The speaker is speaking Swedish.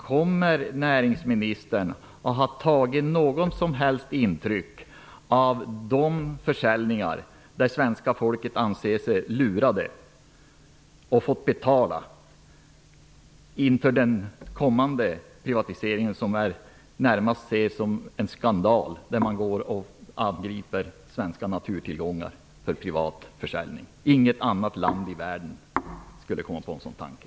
Har näringsministern tagit något som helst intryck av att dessa försäljningar har lett till att svenska folket anser sig ha blivit lurat och därmed ha fått betala inför den kommande privatiseringen? Den är närmast att se som en skandal. Svenska naturtillgångar angrips för privat försäljning. Ingen annat land i världen skulle komma på en sådan tanke.